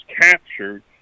captured